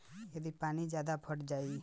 यदि पानी ज्यादा पट जायी तब का करे के चाही?